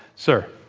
so,